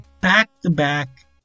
back-to-back